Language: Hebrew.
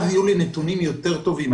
אז יהיו לי נתונים יותר טובים,